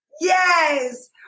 Yes